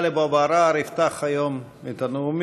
חבר הכנסת טלב אבו עראר יפתח היום את הנאומים,